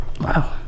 Wow